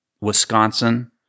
Wisconsin